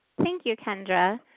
thank you kendra.